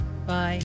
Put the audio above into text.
Bye